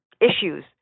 issues